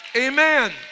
Amen